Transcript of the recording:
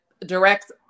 direct